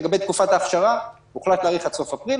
לגבי תקופת האכשרה, הוחלט להאריך עד סוף אפריל.